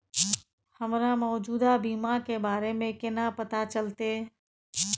हमरा मौजूदा बीमा के बारे में केना पता चलते?